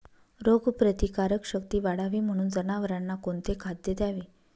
रोगप्रतिकारक शक्ती वाढावी म्हणून जनावरांना कोणते खाद्य द्यावे?